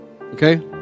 Okay